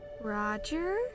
Roger